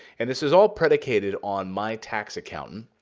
and this is all predicated on my tax accountant,